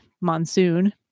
monsoon